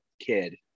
Kid